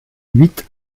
huit